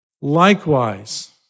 Likewise